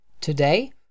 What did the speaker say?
Today